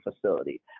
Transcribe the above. facility